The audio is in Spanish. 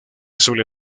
suele